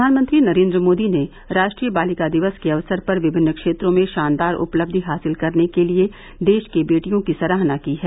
प्रधानमंत्री नरेन्द्र मोदी ने राष्ट्रीय बालिका दिवस के अवसर पर विभिन्न क्षेत्रों में शानदार उपलब्धि हासिल करने के लिए देश की बेटियों की सराहना की है